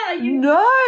no